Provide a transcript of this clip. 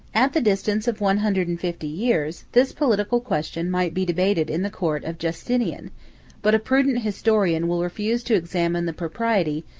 at the distance of one hundred and fifty years, this political question might be debated in the court of justinian but a prudent historian will refuse to examine the propriety,